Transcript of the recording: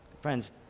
Friends